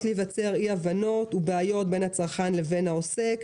להיווצר אי הבנות ובעיות בין הצרכן לבין העוסק,